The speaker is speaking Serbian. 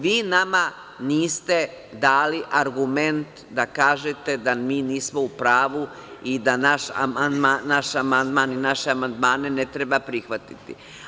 Vi nama niste dali argument da kažete, da mi nismo u pravu i da naš amandman i naše amandmane ne treba prihvatiti.